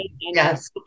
yes